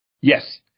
Yes